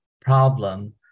problem